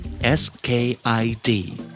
S-K-I-D